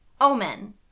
Omen